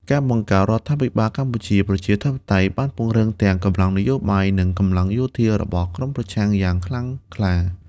ការបង្កើតរដ្ឋាភិបាលកម្ពុជាប្រជាធិបតេយ្យ បានពង្រឹងទាំងកម្លាំងនយោបាយ និងកម្លាំងយោធារបស់ក្រុមប្រឆាំងយ៉ាងខ្លាំងក្លា។